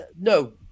No